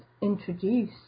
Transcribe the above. introduce